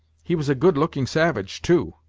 he was a good-looking savage, too,